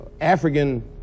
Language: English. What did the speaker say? African